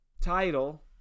title